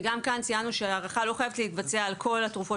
גם כאן ציינו שההערכה לא חייבת להתבצע על כל התרופות